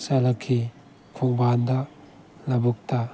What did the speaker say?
ꯆꯠꯂꯛꯈꯤ ꯈꯣꯡꯕꯥꯡꯗ ꯂꯕꯨꯛꯇ